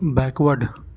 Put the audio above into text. backward